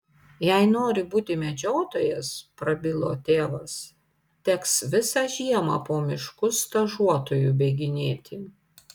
jei nori būti medžiotojas prabilo tėvas teks visą žiemą po miškus stažuotoju bėginėti